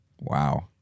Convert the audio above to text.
Wow